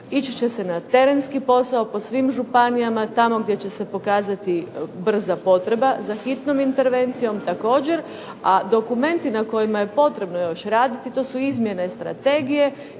ići će se na terenski posao po svim županijama, tamo gdje će se pokazati brza potreba za hitnom intervencijom, također, a dokumenti na kojima je potrebno još raditi to su izmjene strategije